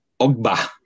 Ogba